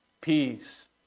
Peace